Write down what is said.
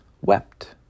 wept